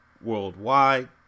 worldwide